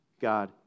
God